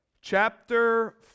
chapter